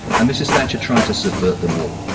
and mrs thatcher tried to subvert them all.